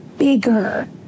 Bigger